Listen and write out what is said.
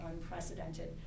unprecedented